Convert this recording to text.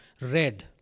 red